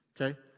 Okay